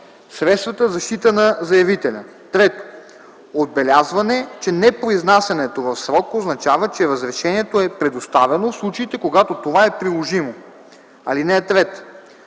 средствата за защита на заявителя; 3. отбелязване, че непроизнасянето в срок означава, че разрешението е предоставено, в случаите, когато това е приложимо. (3) Срокът